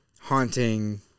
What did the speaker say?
haunting